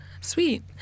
Sweet